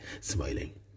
smiling